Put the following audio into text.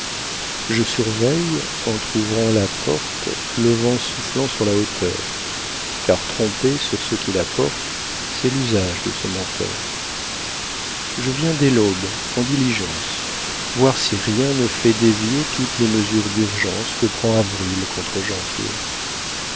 je surveille entr'ouvrant la porte le vent soufflant sur la hauteur car tromper sur ce qu'il apporte c'est l'usage de ce menteur je viens dès l'aube en diligence voir si rien ne fait dévier toutes les mesures d'urgence que prend avril contre janvier